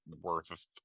worth